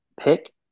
pick